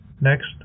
Next